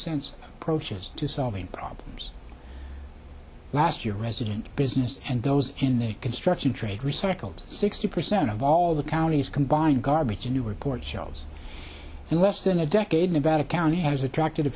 sense approaches to solving problems last year resident business and those in the construction trade recycled sixty percent of all the county's combined garbage a new report shows in less than a decade nevada county has attracted